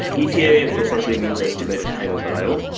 eta essentially means estimated time of arrival.